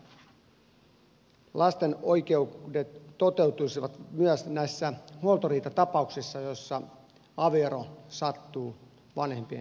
hänellä oli hyvä näkökulma siihen että lasten oikeudet toteutuisivat myös näissä huoltoriitatapauksissa joissa avioero sattuu vanhempien kesken